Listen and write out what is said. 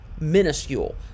minuscule